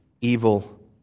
evil